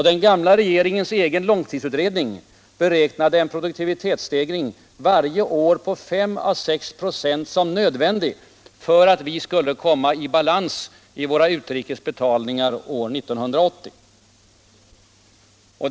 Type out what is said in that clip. Den gamla regeringens egen långtidsutredning beräknade en produktivitetsstegring varje år på 5 å 6 26 som nödvändig för att vi skulle Allmänpolitisk debatt Allmänpolitisk debatt komma i balans i våra utrikesbetalningar år 1980.